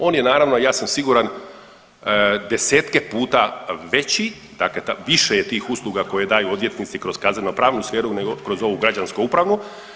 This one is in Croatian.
On je naravno ja sam siguran desetke puta veći, dakle više je tih usluga koje daju odvjetnici kroz kazneno pravnu sferu nego kroz građansko upravnu.